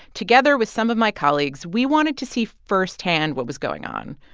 together with some of my colleagues, we wanted to see firsthand what was going on.